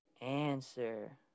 answer